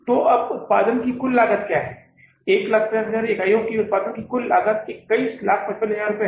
तो अब उत्पादन की कुल लागत क्या है 150000 इकाइयों के लिए उत्पादन की कुल लागत 2155000 है